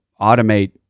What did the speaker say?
automate